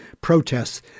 protests